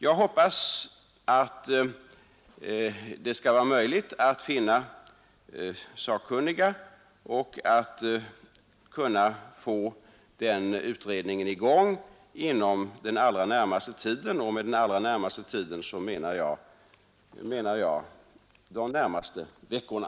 Jag hoppas att det skall vara möjligt att utse sakkunniga och att få utredningen i gång inom den allra närmaste tiden. Med den allra närmaste tiden menar jag då de närmaste veckorna.